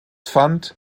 fand